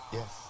Yes